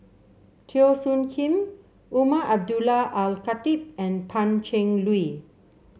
Teo Soon Kim Umar Abdullah Al Khatib and Pan Cheng Lui